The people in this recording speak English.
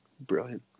Brilliant